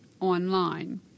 online